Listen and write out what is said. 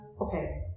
okay